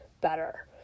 better